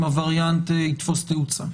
אם הווריאנט יתפוס תאוצה.